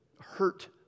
hurt